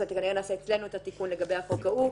שכנראה נעשה אצלנו את התיקון לגבי החוק ההוא.